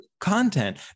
content